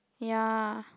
ya